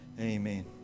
Amen